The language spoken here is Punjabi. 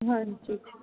ਹਾਂਜੀ